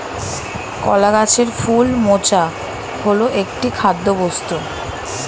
কলা গাছের ফুল মোচা হল একটি খাদ্যবস্তু